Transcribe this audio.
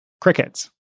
crickets